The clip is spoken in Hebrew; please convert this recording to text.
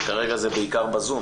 שכרגע זה בעיקר דרך הזום,